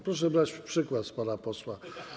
Proszę brać przykład z pana posła.